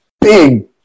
big